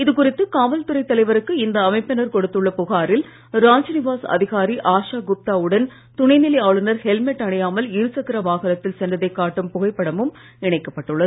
இது குறித்து காவல்துறை தலைவருக்கு இந்த அமைப்பினர் கொடுத்துள்ள புகாரில் ராஜ்நிவாஸ் அதிகாரி ஆஷா குப்தா உடன் துணைநிலை ஆளுநர் ஹெல்மெட் அணியாமல் இருசக்கர வாகனத்தில் சென்றதைக் காட்டும் புகைப்படமும் இணைக்கப்பட்டு உள்ளது